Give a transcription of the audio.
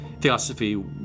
Theosophy